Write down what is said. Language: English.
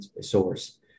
source